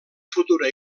futura